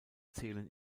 zählen